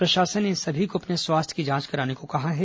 प्रशासन ने इन सभी को अपने स्वास्थ्य की जांच कराने को कहा है